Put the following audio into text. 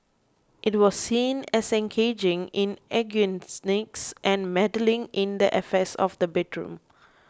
it was seen as engaging in eugenics and meddling in the affairs of the bedroom